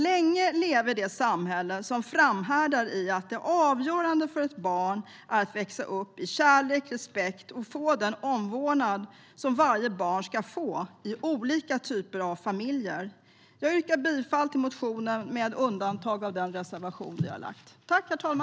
Länge leve det samhälle som framhärdar i att det avgörande för ett barn är att växa upp i kärlek och respekt och att få den omvårdnad som varje barn ska få - i olika typer av familjer! Jag yrkar bifall till propositionen med undantag av vår reservation nr 3.